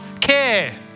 care